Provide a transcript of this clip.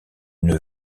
une